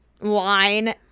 line